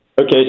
Okay